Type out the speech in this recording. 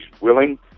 willing